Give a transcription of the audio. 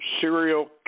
serial